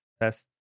test